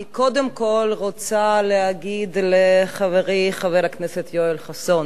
אני קודם כול רוצה להגיד לחברי חבר הכנסת יואל חסון,